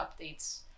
updates